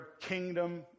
kingdom